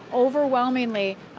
overwhelmingly,